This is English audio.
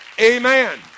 Amen